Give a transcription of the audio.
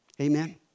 Amen